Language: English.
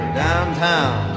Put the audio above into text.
downtown